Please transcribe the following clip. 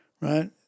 right